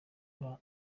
aba